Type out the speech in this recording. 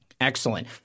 Excellent